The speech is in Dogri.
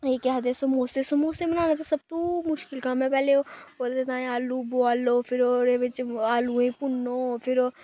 एह् केह् आक्खदे समोसे समूसे बनाने ते सब्ब तों मुश्कल कम्म ऐ पैह्लें ओह् ओह्दे ताईं आलू बोआलो फिर ओह्दे बिच्च आलुएं गी भुन्नो फिर